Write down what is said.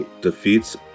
defeats